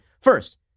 First